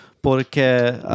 porque